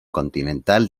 continental